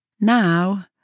Now